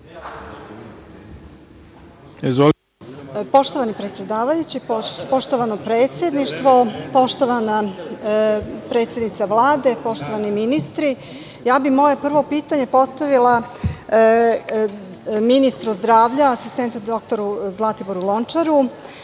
Poštovani predsedavajući, poštovano predsedništvo, poštovana predsednice Vlade, poštovani ministri, ja bi moje prvo pitanje postavila ministru zdravlja, asistentu doktoru Zlatiboru Lončaru,